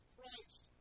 Christ